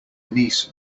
niece